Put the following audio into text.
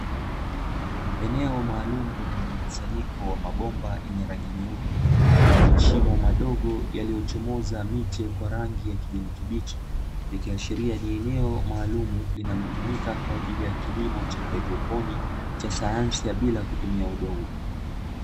Eneo maalumu lenye mkusanyiko wa mabomba yenye rangi nyeupe, lenye mashimo madogo yaliyochomoza miche yenye rangi ya kijani kibichi, likiashiria ni iieneo maalumu linalotumika kwajili ya kilimo cha hydroponi cha sayansi bila kutumia udongo.